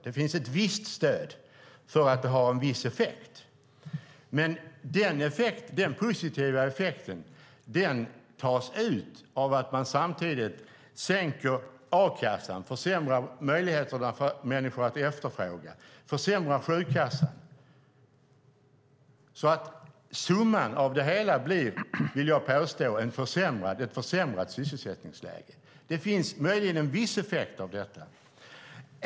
Det finns ett visst stöd för att det har en viss effekt, men den positiva effekten tas ut av att man samtidigt sänker a-kassan, försämrar möjligheterna för människor att efterfråga och försämrar sjukkassan. Summan av det hela blir, vill jag påstå, ett försämrat sysselsättningsläge. Det finns möjligen en viss effekt av detta.